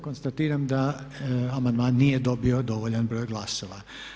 Konstatiram da amandman nije dobio dovoljan broj glasova.